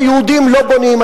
היהודים לא בונים.